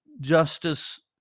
justice